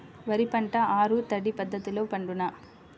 వరి పంట ఆరు తడి పద్ధతిలో పండునా?